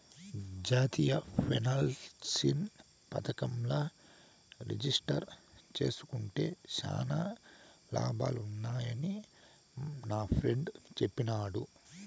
జాతీయ పెన్సన్ పదకంల రిజిస్టర్ జేస్కుంటే శానా లాభాలు వున్నాయని నాఫ్రెండ్ చెప్పిన్నాడు